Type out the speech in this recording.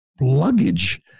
luggage